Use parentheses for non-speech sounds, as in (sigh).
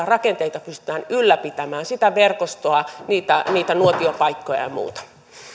(unintelligible) rakenteita pystytään ylläpitämään sitä verkostoa niitä niitä nuotiopaikkoja ja muuta arvoisa